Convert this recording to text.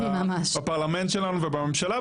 בפרלמנט שלנו ובממשלה,